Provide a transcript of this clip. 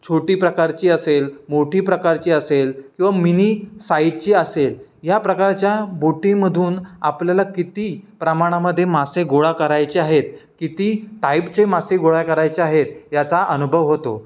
छोटी प्रकारची असेल मोठी प्रकारची असेल किंवा मिनी साईजची असेल या प्रकारच्या बोटीमधून आपल्याला किती प्रमाणामध्ये मासे गोळा करायचे आहेत किती टाईपचे मासे गोळा करायचे आहेत याचा अनुभव होतो